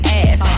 ass